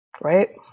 Right